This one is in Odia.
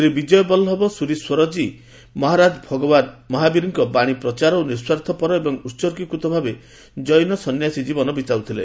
ଶ୍ରୀ ବିଜୟ ବଲ୍ଲଭ ସୁରିଶ୍ୱରଜୀ ମହାରାଜ ଭଗବାନ୍ ମହାବୀରଙ୍କ ବାଣୀ ପ୍ରଚାର ପାଇଁ ନିଃସ୍ୱାର୍ଥପର ଏବଂ ଉତ୍ଗୀକୃତ ଭାବେ ଜୈନ ସନ୍ଧ୍ୟାସୀ ଜୀବନ ବିତାଉ ଥିଲେ